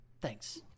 Thanks